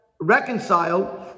reconcile